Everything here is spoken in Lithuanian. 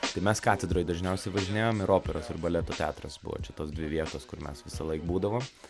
tai mes katedroj dažniausiai važinėjom ir operos ir baleto teatras buvo čia tos dvi vietos kur mes visąlaik būdavom